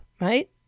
right